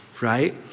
right